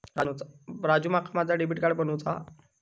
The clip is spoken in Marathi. राजू, माका माझा डेबिट कार्ड बनवूचा हा